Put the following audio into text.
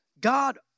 God